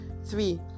Three